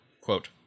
quote